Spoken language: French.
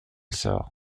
sort